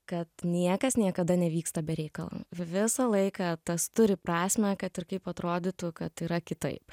kad niekas niekada nevyksta be reikalo visą laiką tas turi prasmę kad ir kaip atrodytų kad yra kitaip